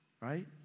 right